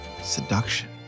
Seduction